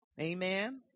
Amen